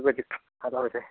बिबायदि खालामहैनोसै